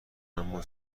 اما